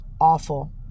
awful